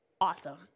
Awesome